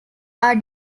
are